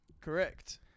Correct